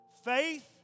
Faith